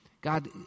God